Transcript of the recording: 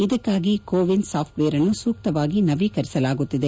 ಇದಕ್ಕಾಗಿ ಕೋವಿನ್ ಸಾಫ್ಸ್ವೇರನ್ನು ಸೂಕ್ತವಾಗಿ ನವೀಕರಿಸಲಾಗುತ್ತಿದೆ